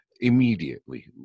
immediately